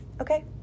okay